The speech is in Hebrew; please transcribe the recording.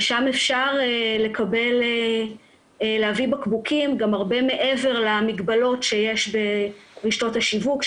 לשם אפשר להביא בקבוקים וגם הרבה מעבר למגבלות שיש ברשתות השיווק,